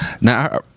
Now